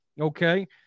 Okay